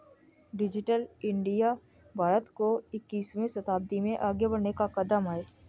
digital India Bharat को इक्कीसवें शताब्दी में आगे बढ़ने का कदम है